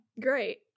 Great